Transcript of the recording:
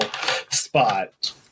spot